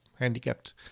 handicapped